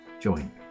join